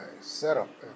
setup